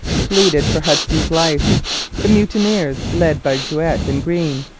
pleaded for hudson's life the mutineers, led by juet and greene,